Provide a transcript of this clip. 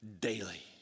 daily